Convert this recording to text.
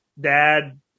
dad